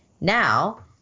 Now